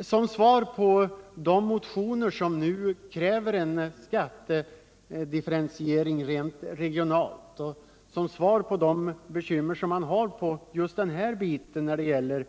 Som svar på de motionskrav som framförts om en ny regional skattedifferentiering och de bekymmer som man där haft rörande